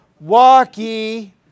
walkie